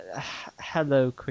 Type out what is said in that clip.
Hello